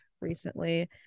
recently